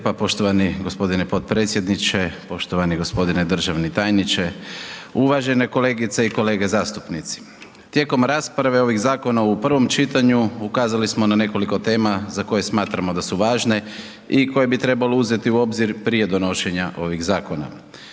lijepa poštovani gospodine potpredsjedniče, poštovani gospodine državni tajniče, uvažene kolegice i kolege zastupnici. Tijekom rasprave ovih zakona u prvom čitanju ukazali smo na nekoliko tema za koje smatramo da su važne i koje bi trebalo uzeti u obzir prije donošenja ovih zakona.